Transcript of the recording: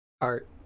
Art